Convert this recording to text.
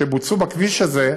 שבוצעו בכביש הזה,